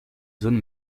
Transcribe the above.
zone